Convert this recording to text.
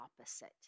opposite